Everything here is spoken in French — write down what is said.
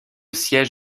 siège